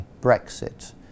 Brexit